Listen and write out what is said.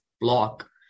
block